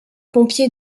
pompiers